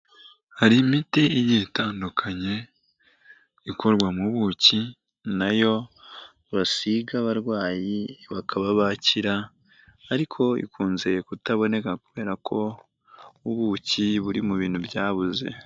Hari imiti igiye itandukanye ikorwa mu buki, na yo basiga abarwayi bakaba bakira, ariko ikunze kutaboneka, kubera ko ubuki buri mu bintu byabuze.